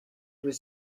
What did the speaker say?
was